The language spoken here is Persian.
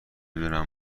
دونم